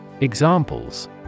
Examples